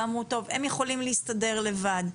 ואמרו טוב הם יכולים להסתדר לבד.